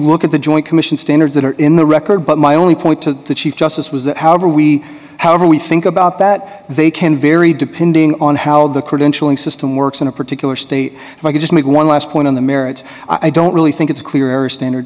look at the joint commission standards that are in the record but my only point to the chief justice was that however we however we think about that they can vary depending on how the credentialing system works in a particular state if i could just make one last point on the merits i don't really think it's clear or standard